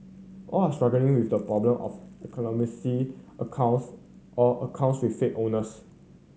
all are struggling with the problem of accounts or accounts with fake owners